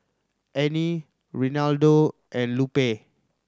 Anie Reinaldo and Lupe